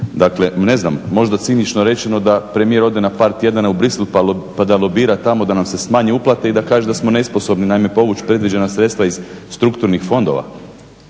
Dakle, ne znam, možda cinično rečeno da premijer ode na par tjedana u Bruxelles pa da lobira tamo da nam se smanje uplate i da kaže da smo nesposobni, naime povući predviđena sredstva iz strukturnih fondova.